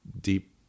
deep